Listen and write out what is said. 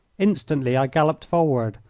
instantly i galloped forward,